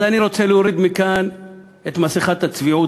אז אני רוצה להוריד מכאן את מסכת הצביעות